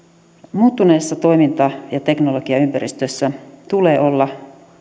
muuttuneissa toiminta ja teknologiaympäristöissä tulee olla